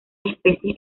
especies